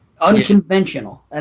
unconventional